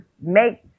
make